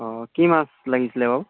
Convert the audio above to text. অঁ কি মাছ লাগিছিলে বাৰু